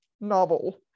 novel